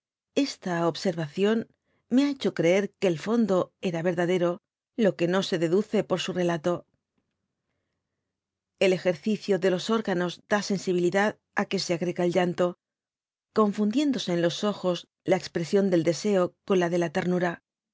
esta observación me ha hecho creer que el fondo era verdadero lo que no se deduce por su relato el ejercicio de los órganos da sensibilidad i que se agrega el llanto confundiéndose en los ojos la expresión del deseo con la de la ternura